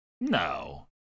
No